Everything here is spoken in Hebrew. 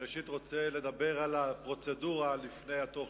ראשית, אני רוצה לדבר על הפרוצדורה, לפני התוכן.